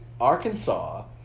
Arkansas